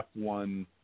F1